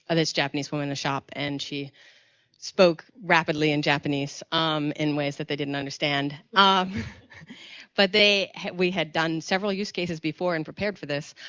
ah this japanese woman in the shop and she spoke rapidly in japanese um in ways that they didn't understand. ah but they, we had done several used cases before and prepared for this